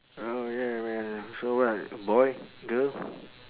oh ya man so what boy girl